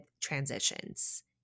transitions